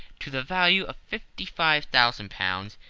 to the value of fifty-five thousand pounds,